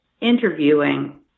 interviewing